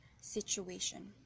situation